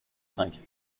cinq